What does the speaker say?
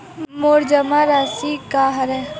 मोर जमा राशि का हरय?